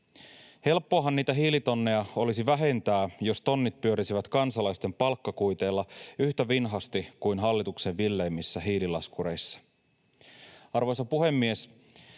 Helppoahan niitä hiilitonneja olisi vähentää, jos tonnit pyörisivät kansalaisten palkkakuiteilla yhtä vinhasti kuin hallituksen villeimmissä hiililaskureissa. Arvoisa puhemies!